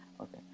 Okay